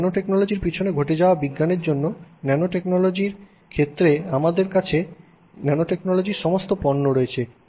আজকে ন্যানোটেকনোলজির পিছনে ঘটে যাওয়া বিজ্ঞানের জন্য ন্যানোটেকনোলজির ক্ষেত্রে আমাদের কাছে ন্যানোটেকনোলজির সমস্ত পণ্য রয়েছে